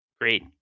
great